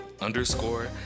underscore